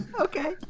Okay